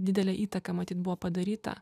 didelė įtaka matyt buvo padaryta